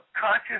conscious